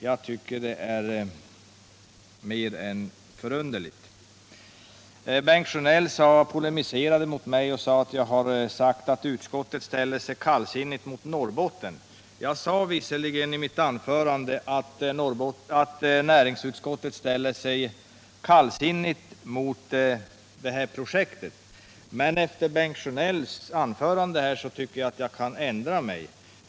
Jag tycker det är mer än förunder 143 ligt. Bengt Sjönell polemiserade mot mig — han sade att jag hade påstått att utskottet ställde sig kallsinnigt mot Norrbotten. Jag sade visserligen i mitt anförande att utskottet ställer sig kallsinnigt mot detta projekt, men efter Bengt Sjönells anförande tycker jag att jag kan ändra mig.